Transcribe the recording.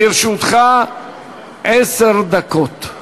לרשותך עשר דקות.